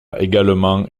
également